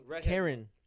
Karen